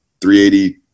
380